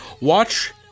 watch